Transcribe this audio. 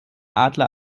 adler